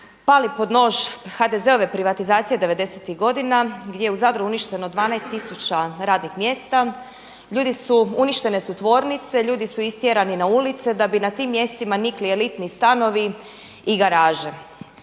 pali pod nož HDZ-ove privatizacije 90-tih godina gdje je u Zadru uništeno 12 tisuća radnih mjesta. Ljudi su, uništene su tvornice, ljudi su istjerani na ulice da bi na tim mjestima nikli elitni stanovi i garaže.